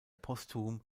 postum